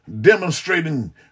demonstrating